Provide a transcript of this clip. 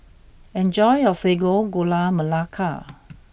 enjoy your Sago Gula Melaka